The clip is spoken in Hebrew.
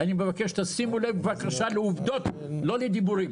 שימו לב, בבקשה, לעובדות, לא לדיבורים.